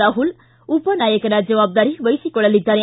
ರಾಹುಲ್ ಉಪ ನಾಯಕನ ಜವಾಬ್ದಾರಿ ವಹಿಸಿಕೊಳ್ಳಲಿದ್ದಾರೆ